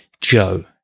Joe